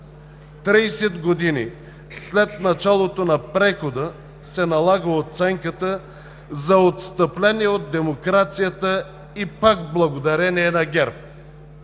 години след началото на прехода се налага оценката за отстъпление от демокрацията и пак благодарение на ГЕРБ.